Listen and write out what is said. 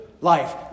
life